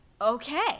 okay